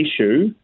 issue